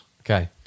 Okay